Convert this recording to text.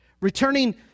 Returning